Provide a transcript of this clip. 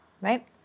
right